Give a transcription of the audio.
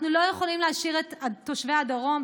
אנחנו לא יכולים להשאיר את תושבי הדרום,